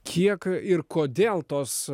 kiek ir kodėl tos